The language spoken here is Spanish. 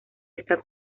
está